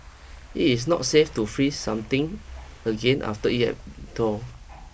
it is not safe to freeze something again after it had thawed